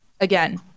again